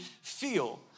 feel